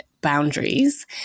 boundaries